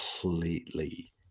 completely